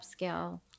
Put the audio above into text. upscale